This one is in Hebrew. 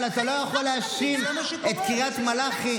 רק תנו לי לסיים את המשפט.